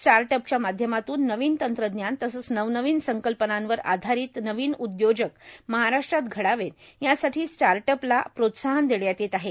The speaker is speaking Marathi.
स्टार्ट अपच्या माध्यमातून नवीन तंत्रज्ञान तसंच नवनवीन संकल्पनावर आधारीत नवीन उदयोजक महाराष्ट्रात घडावेत यासाठी स्टार्ट अपला प्रोत्साहन देण्यात येत आहे